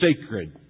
sacred